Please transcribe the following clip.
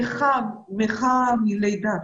נכה מלידה.